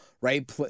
right